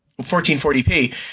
1440p